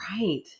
Right